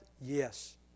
Yes